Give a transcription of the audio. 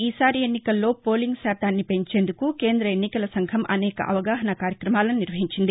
ఈసారి ఎన్నికల్లో పోలింగ్ శాతాన్ని పెంచేందుకు కేంద్ర ఎన్నికల సంఘం అనేక అవగాహన కార్యక్రమాలను నిర్వహించింది